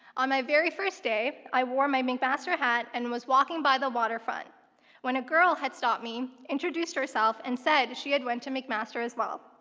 on my very first day, i wore my mcmaster hat and was walking by the waterfront when a girl had stopped me, introduced herself, and said she had went to mcmaster as well.